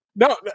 No